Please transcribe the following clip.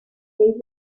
they